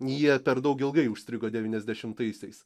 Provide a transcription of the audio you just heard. jie per daug ilgai užstrigo devyniasdešimtaisiais